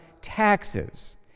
taxes